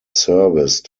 service